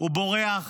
ובורח